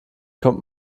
kommt